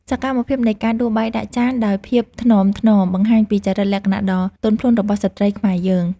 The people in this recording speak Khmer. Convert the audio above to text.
សកម្មភាពនៃការដួសបាយដាក់ចានដោយភាពថ្នមៗបង្ហាញពីចរិតលក្ខណៈដ៏ទន់ភ្លន់របស់ស្ត្រីខ្មែរយើង។